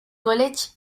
college